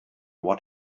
what